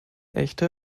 echte